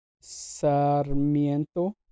Sarmiento